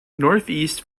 northeast